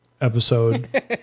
episode